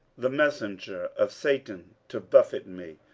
the messenger of satan to buffet me,